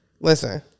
Listen